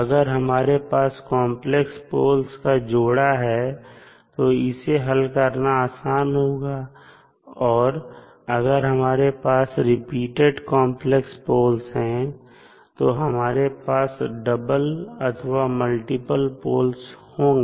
अगर हमारे पास कॉम्प्लेक्स पोल्स का जोड़ा है तो इसे हल करना आसान होता है और अगर हमारे पास रिपीटेड कांप्लेक्स पोल्स हैं तो हमारे पास डबल अथवा मल्टीपल पोल्स होंगे